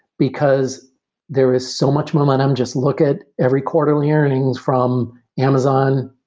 because there is so much momentum. just look at every quarterly earnings from amazon,